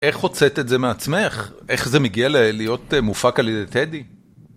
איך הוצאת את זה מעצמך? איך זה מגיע להיות מופק על ידי טדי?